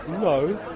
No